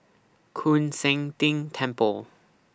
Koon Seng Ting Temple